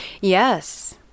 Yes